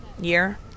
year